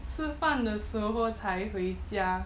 吃饭的时候才回家